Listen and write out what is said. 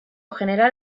general